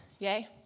Yay